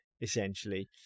essentially